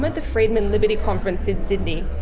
but the friedman liberty conference in sydney.